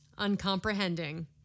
uncomprehending